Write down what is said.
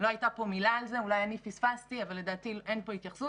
לא הייתה פה מילה על זה אולי אני פספסתי אבל לדעתי אין פה התייחסות.